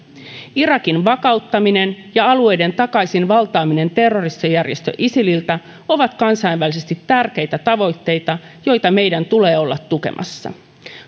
irakin vakauttaminen ja alueiden takaisinvaltaaminen terroristijärjestö isililtä ovat kansainvälisesti tärkeitä tavoitteita joita meidän tulee olla tukemassa